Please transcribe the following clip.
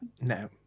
No